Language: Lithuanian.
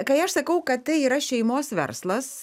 kai aš sakau kad tai yra šeimos verslas